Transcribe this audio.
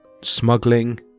smuggling